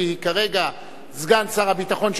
כי כרגע סגן שר הביטחון,